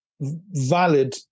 valid